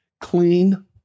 Clean